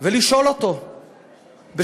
ולשאול אותו בשקט,